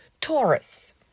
Taurus